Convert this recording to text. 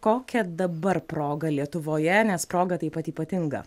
kokia dabar proga lietuvoje nes proga taip pat ypatinga